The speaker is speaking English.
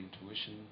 intuition